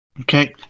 Okay